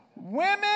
Women